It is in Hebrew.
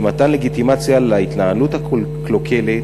ומתן לגיטימציה להתנהלות הקלוקלת